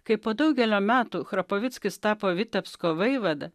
kai po daugelio metų chrapovickis tapo vitebsko vaivada